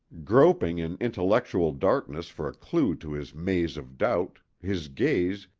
groping in intellectual darkness for a clew to his maze of doubt, his gaze,